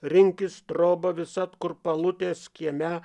rinkis trobą visad kur palutės kieme